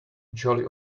jolly